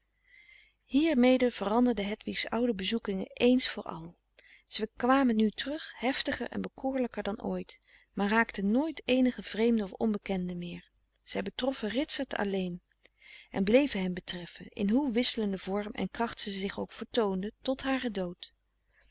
hiermede veranderden hedwigs oude bezoekingen ééns voor al zij kwamen nu terug heftiger en bekoorlijker dan ooit maar raakten nooit eenigen vreemden of onbekenden meer zij betroffen ritsert alleen en bleven hem betreffen in hoe wisselende vorm en kracht ze zich ook vertoonden tot haren dood